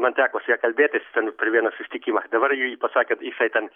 man teko su ja kalbėtis per vieną susitikimą dabar ji pasakė jisai ten